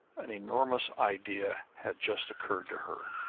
an enormous idea had just occurred to her.